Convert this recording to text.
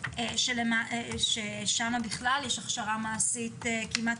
על המקרים שסטודנטים מגיעים